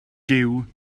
giw